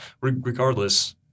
Regardless